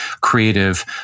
creative